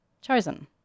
chosen